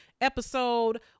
episode